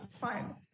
fine